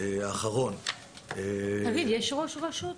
האחרון -- יש ראש רשות?